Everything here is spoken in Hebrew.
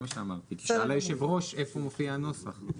זה מה שאמרתי כי שאל יושב הראש איפה מופיע הנוסח.